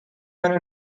منو